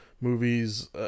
movies